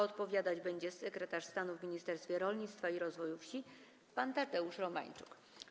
Odpowiadać będzie sekretarz stanu w Ministerstwie Rolnictwa i Rozwoju Wsi pan Tadeusz Romańczuk.